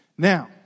Now